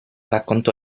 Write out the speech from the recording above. raccontò